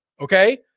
okay